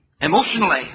emotionally